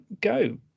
go